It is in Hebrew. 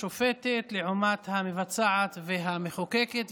השופטת לעומת המבצעת והמחוקקת.